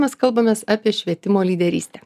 mes kalbamės apie švietimo lyderystę